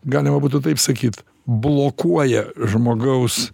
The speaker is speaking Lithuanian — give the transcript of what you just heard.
galima būtų taip sakyt blokuoja žmogaus